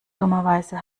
dummerweise